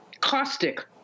caustic